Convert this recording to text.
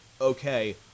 okay